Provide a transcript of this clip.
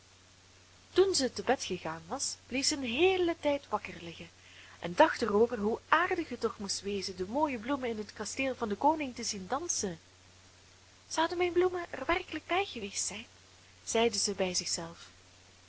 toen zij te bed gegaan was bleef zij een heelen tijd wakker liggen en dacht er over hoe aardig het toch moest wezen de mooie bloemen in het kasteel van den koning te zien dansen zouden mijn bloemen er werkelijk bij geweest zijn zeide zij bij